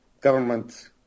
government